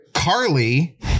Carly